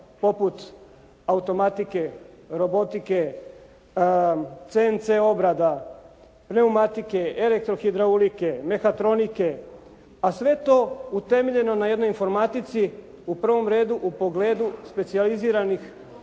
poput automatike, robotike, CNC obrada, pneumatike, elektrohidraulike, mehatronike a sve to utemeljeno na jednoj informatici u prvom redu u pogledu specijaliziranih